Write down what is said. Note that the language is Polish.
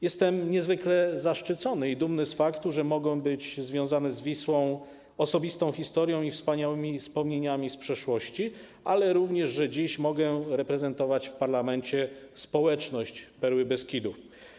Jestem niezwykle zaszczycony i dumny z faktu, że mogę być związany z Wisłą osobistą historią i wspaniałymi wspomnieniami z przeszłości, jak również że mogę dziś reprezentować w parlamencie społeczność perły Beskidów.